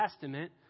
Testament